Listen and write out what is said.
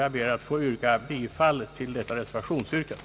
Jag ber att få yrka bifall till reservationsyrkandet.